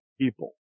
people